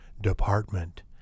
department